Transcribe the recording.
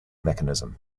mechanism